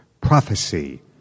Prophecy